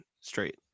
straight